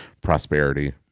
prosperity